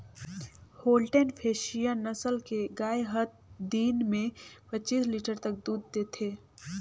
Holstein Friesian नसल के गाय हत दिन में पच्चीस लीटर तक दूद देथे